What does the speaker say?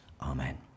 Amen